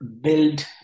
build